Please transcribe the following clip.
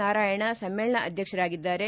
ನಾರಾಯಾಣ ಸಮ್ಮೇಳನ ಅಧ್ಯಕ್ಷರಾಗಿದ್ದಾರೆ